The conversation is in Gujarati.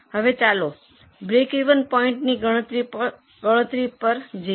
હવે ચાલો બ્રેકિવન પોઇન્ટની ગણતરી પણ જઈએ